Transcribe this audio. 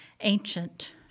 ancient